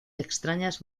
extrañas